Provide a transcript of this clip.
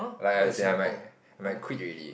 like I said I might I might quit already